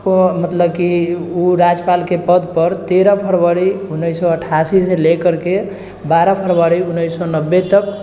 मतलब कि ओ राजपालके पद पर तेरह फरवरी उन्नैस सए अठासी से लेकरके बारह फरवरी उन्नैस सए नबे तक